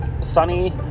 sunny